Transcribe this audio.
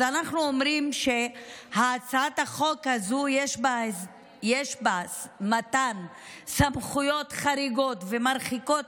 אז אנחנו אומרים שבהצעת החוק הזו יש מתן סמכויות חריגות ומרחיקות